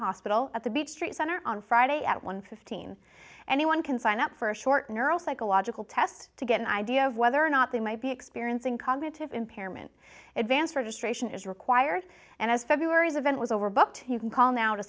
hospital at the beach street center on friday at one fifteen anyone can sign up for a short neural psychological test to get an idea of whether or not they might be experiencing cognitive impairment advanced registration is required and as february's event was overbooked you can call now to